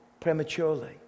prematurely